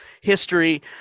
history